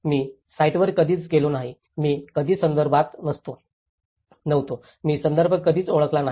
मी साइटवर कधीच गेलो नाही मी कधीच संदर्भात नव्हतो मी संदर्भ कधीच ओळखला नाही